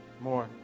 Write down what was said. more